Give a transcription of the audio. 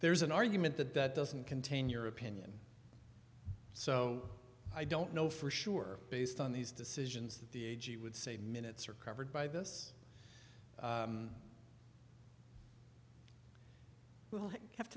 there's an argument that that doesn't contain your opinion so i don't know for sure based on these decisions that the a g would say minutes are covered by this we'll